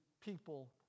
people